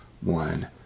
one